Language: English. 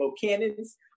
cannons